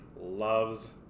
loves